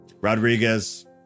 Rodriguez